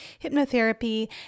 hypnotherapy